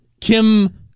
Kim